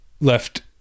left